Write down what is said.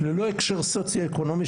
ללא הקשר סוציו-אקונומי,